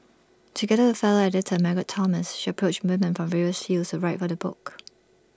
together with fellow editor Margaret Thomas she approached women from various fields to write for the book